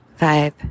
vibe